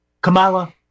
Kamala